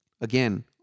again